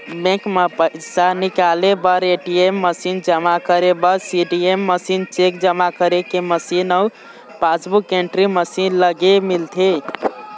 bank म पइसा निकाले बर ए.टी.एम मसीन, जमा करे बर सीडीएम मशीन, चेक जमा करे के मशीन अउ पासबूक एंटरी मशीन लगे मिलथे